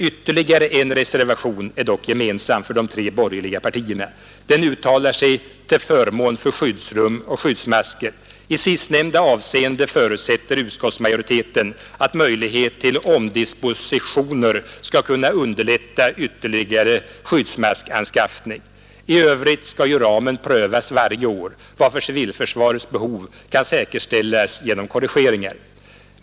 Ytterligare en reservation är dock gemensam för de tre borgerliga partierna. Den uttalar sig till förmån för skyddsrum och skyddsmasker. I sistnämnda avseende förutsätter utskottsmajoriteten att möjlighet till omdispositioner skall kunna underlätta ytterligare skyddsmaskanskaffning. I övrigt skall ju ramen prövas varje år, varför civilförsvarets behov kan säkerställas genom korrigeringar.